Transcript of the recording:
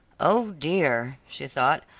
oh, dear, she thought.